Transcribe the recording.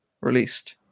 released